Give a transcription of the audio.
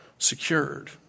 Secured